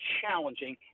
challenging